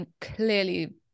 clearly